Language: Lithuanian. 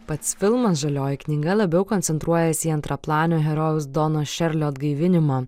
pats filmas žalioji knyga labiau koncentruojasi į antraplanio herojaus dono šerlio atgaivinimą